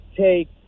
take